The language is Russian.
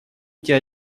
эти